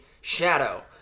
shadow